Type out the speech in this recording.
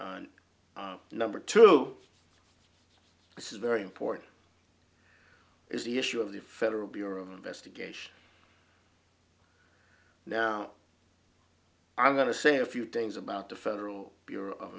and number two this is very important is the issue of the federal bureau of investigation now i'm going to say a few things about the federal bureau of